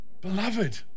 Beloved